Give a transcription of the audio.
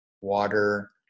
water